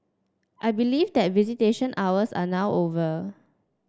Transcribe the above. I believe that visitation hours are not over